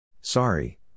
Sorry